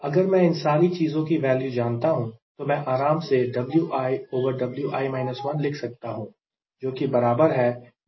अगर मैं इन सारी चीजों की वैल्यू जानता हूं तो मैं आराम से Wi Wi 1 लिख सकता हूं जो कि बराबर है W2W1 के